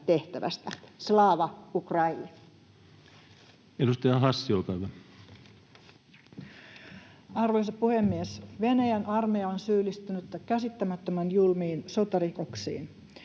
tehtävästä. Slava Ukraini! Edustaja Hassi, olkaa hyvä. Arvoisa puhemies! Venäjän armeija on syyllistynyt käsittämättömän julmiin sotarikoksiin.